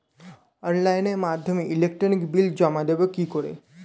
অনলাইনের মাধ্যমে electric bill জমা দেবো কি করে?